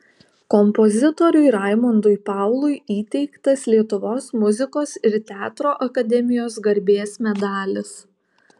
kompozitoriui raimondui paului įteiktas lietuvos muzikos ir teatro akademijos garbės medalis